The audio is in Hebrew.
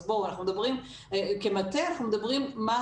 אז בואו, כמטה אנחנו מדברים מה